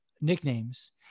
nicknames